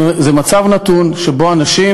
זה מצב נתון שבו אנשים,